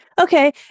Okay